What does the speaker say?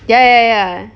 ya ya ya ya